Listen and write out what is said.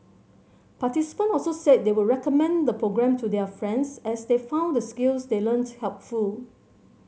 participant also said they would recommend the programme to their friends as they found the skills they learnt helpful